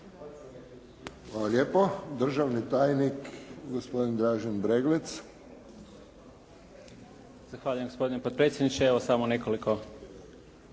Hvala lijepo. Državni tajnik gospodin Dražen Breglec. **Breglec, Dražen** Zahvaljujem gospodine potpredsjedniče. Evo samo nekoliko,